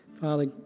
Father